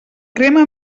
crema